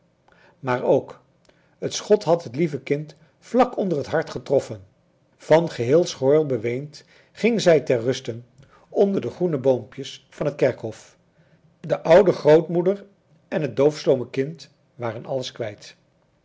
maar ook het schot had het lieve kind vlak onder het hart getroffen van geheel schoorl beweend ging zij ter ruste onder de groene boompjes van het kerkhof de oude grootmoeder en het doofstomme kind waren alles kwijt